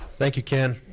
thank you ken.